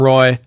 Roy